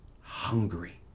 hungry